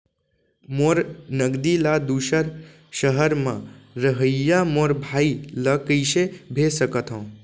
मोर नगदी ला दूसर सहर म रहइया मोर भाई ला कइसे भेज सकत हव?